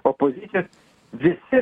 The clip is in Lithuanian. opozicijos visi